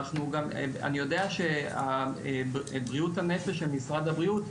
אני יודע שבריאות הנפש של משרד הבריאות,